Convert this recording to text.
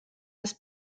das